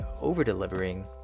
over-delivering